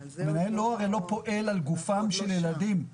המנהל לא פועל על גופם של ילדים.